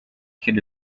kit